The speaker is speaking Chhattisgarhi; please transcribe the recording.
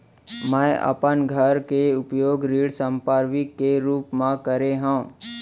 मै अपन घर के उपयोग ऋण संपार्श्विक के रूप मा करे हव